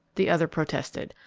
the other protested,